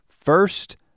first